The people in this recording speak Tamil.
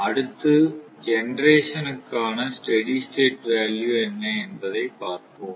அடுத்து ஜெனரேஷன் கான ஸ்டெடி ஸ்டேட் வேல்யூ என்ன என்பதைப் பார்ப்போம்